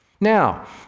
now